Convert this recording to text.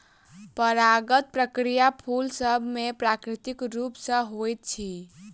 परागण प्रक्रिया फूल सभ मे प्राकृतिक रूप सॅ होइत अछि